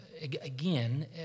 again